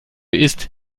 isst